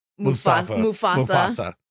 mufasa